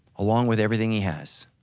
along with everything he has.